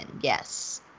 Yes